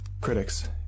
Critics